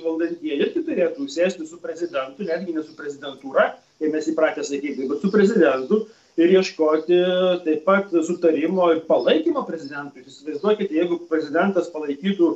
valdantieji irgi turėtų sėsti su prezidentu netgi ne su prezidentūra kaip mes įpratę sakyti vat su prezidentu ir ieškoti taip pat sutarimo ir palaikymo prezidentui ir įsivaizduokit jeigu prezidentas palaikytų